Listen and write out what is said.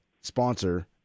sponsor